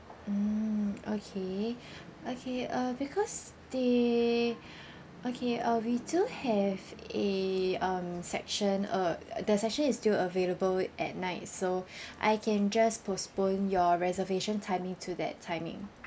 mm okay okay uh because they okay uh we do have a um section uh the section is still available at night so I can just postpone your reservation timing to that timing